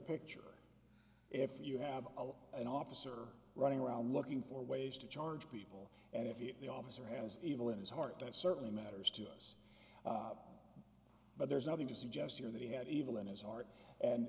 picture if you have an officer running around looking for ways to charge people and if the officer has evil in his heart that certainly matters to us but there's nothing to suggest you know that he had evil in his heart and